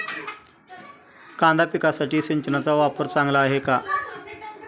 कांदा पिकासाठी सिंचनाचा वापर चांगला आहे का?